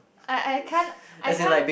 I I can't I can't